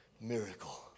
miracle